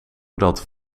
dat